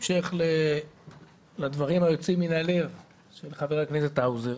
בהמשך לדברים היוצאים מן הלב של חבר הכנסת האוזר,